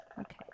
Okay